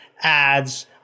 ads